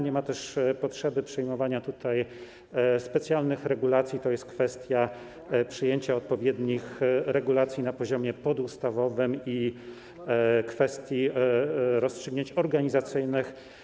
Nie ma też potrzeby przyjmowania specjalnych regulacji, to jest kwestia przyjęcia odpowiednich regulacji na poziomie podstawowym i kwestia rozstrzygnięć organizacyjnych.